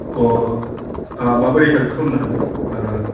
अह आह माबोरै हेल्फ खालामनो हागोन